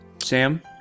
Sam